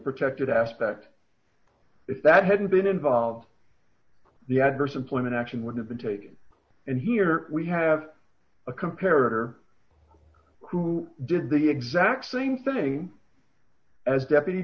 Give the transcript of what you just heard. protected aspect if that hadn't been involved the adverse employment action would have been taken and here we have a compared are who did the exact same thing as deputy